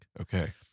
Okay